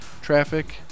Traffic